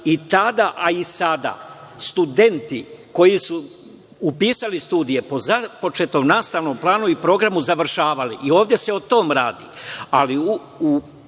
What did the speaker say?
i tada a i sada studenti koji su upisali studije po započetom nastavnom planu i programu završavali i ovde se o tome radi.